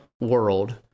world